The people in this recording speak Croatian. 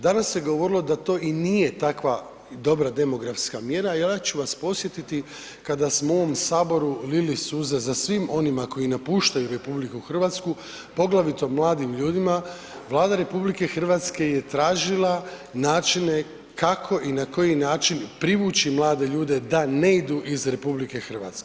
Danas se govorilo da to i nije takva dobra demografska mjera jer ja ću vas podsjetiti kada smo u ovom saboru lili suze za svim onima koji napuštaju RH poglavito mladim ljudima, Vlada RH je tražila načine kako i na koji način privući mlade ljude da ne idu iz RH.